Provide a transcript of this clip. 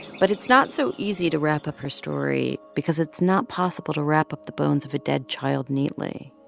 but it's not so easy to wrap up her story because it's not possible to wrap up the bones of a dead child neatly.